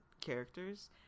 characters